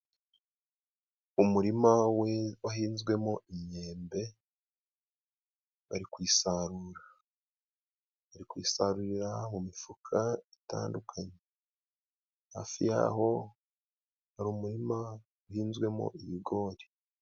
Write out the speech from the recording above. Umurima wahinzwemo inyembe bari kuyisarura bari gusarurira mu mifuka itandukanye hafi y'aho hari umurima uhinzwemo ibigori